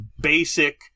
basic